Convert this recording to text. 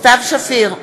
סתיו שפיר,